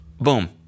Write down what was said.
boom